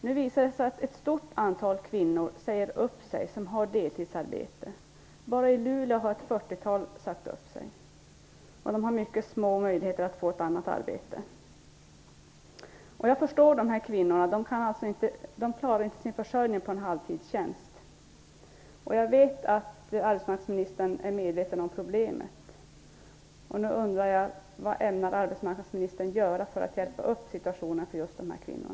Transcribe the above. Nu visar det sig att ett stort antal kvinnor som har deltidsarbete säger upp sig. Bara i Luleå har ett fyrtiotal sagt upp sig. De har mycket små möjligheter att få ett annat arbete. Jag förstår kvinnorna. De klarar inte sin försörjning på en halvtidstjänst. Jag vet att arbetsmarknadsministern är medveten om problemet. Nu undrar jag: Vad ämnar arbetsmarknadsministern göra för att hjälpa upp situationen för dessa kvinnor?